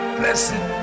blessed